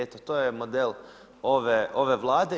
Eto to je model ove Vlade.